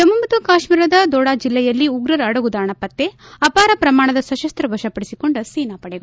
ಜಮ್ನು ಮತ್ತು ಕಾಶ್ಮೀರದ ದೊಡ ಜಿಲ್ಲೆಯಲ್ಲಿ ಉಗ್ರರ ಅಡಗುದಾಣ ಪತ್ತೆ ಅಪಾರ ಪ್ರಮಾಣದ ಶಸ್ತಸ್ತ ವಶ ಪಡಿಸಿಕೊಂಡ ಸೇನಾಪಡೆಗಳು